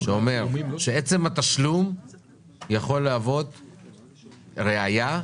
שאומר שעצם התשלום יכול להוות ראיה,